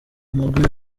mugwi